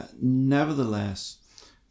Nevertheless